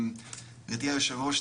גברתי היושבת ראש,